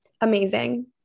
Amazing